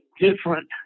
different